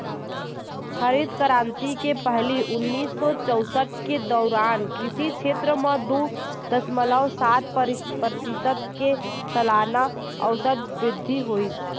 हरित करांति के पहिली उन्नीस सौ चउसठ के दउरान कृषि छेत्र म दू दसमलव सात परतिसत के सलाना अउसत बृद्धि होइस